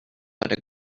but